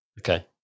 Okay